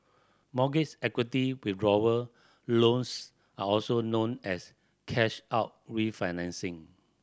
mortgage equity withdrawal loans are also known as cash out refinancing